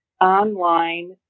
online